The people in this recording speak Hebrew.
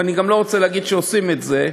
ואני גם לא רוצה להגיד שעושים את זה.